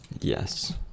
Yes